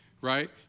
Right